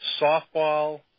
softball